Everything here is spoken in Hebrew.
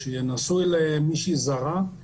כשמישהו נשוי למישהי זרה,